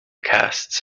casts